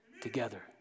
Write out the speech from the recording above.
together